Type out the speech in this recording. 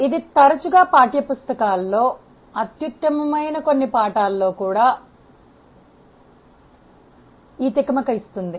ఇది తరచుగా పాఠ్యపుస్తకాల్లో అత్యుత్తమమైన కొన్ని పాఠాల్లో కూడా ఈ తికమక ను ఇస్తుంది